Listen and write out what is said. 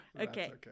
okay